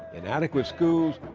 inadequate schools,